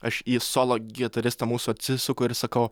aš į solo gitaristą mūsų atsisuku ir sakau